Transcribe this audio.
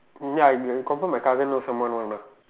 ya he confirm my cousin know someone one lah